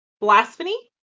Blasphemy